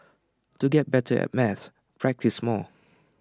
to get better at maths practise more